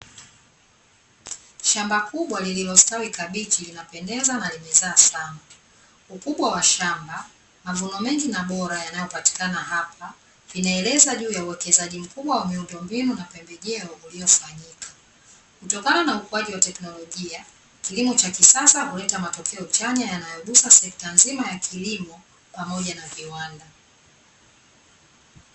Shamba kubwa lililostawi kabichi linapendeza na limezaa sana. Ukubwa wa shamba, mavuno mengi na bora yanayopatikana hapa vinaeleza juu ya uwekezaji mkubwa wa miundombinu na pembejeo uliofanyika. Kutokana na ukuaji wa teknolojia, kilimo cha kisasa huleta matokeo chanya yanayogusa sekta nzima ya kilimo pamoja na viwanda.